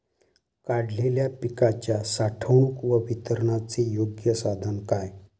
काढलेल्या पिकाच्या साठवणूक व वितरणाचे योग्य साधन काय?